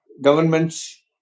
governments